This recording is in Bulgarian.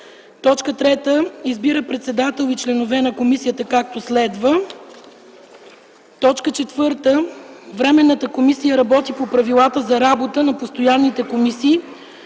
група. 3. Избира председател и членове на комисията, както следва: ... 4. Временната комисия работи по правилата за работа на постоянните комисии